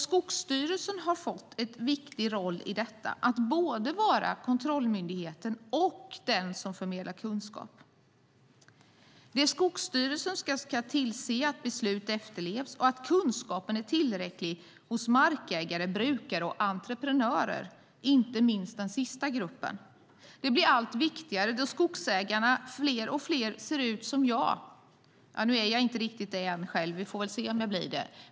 Skogsstyrelsen har fått en viktig roll i detta - att både vara kontrollmyndigheten och den som förmedlar kunskap. Det är Skogsstyrelsen som ska tillse att beslut efterlevs och att kunskapen är tillräcklig hos markägare, brukare och entreprenörer - inte minst den sista gruppen. Detta blir allt viktigare då fler och fler skogsägare ser ut som jag. Jag är inte riktigt skogsägare ännu, men vi får se om jag blir det.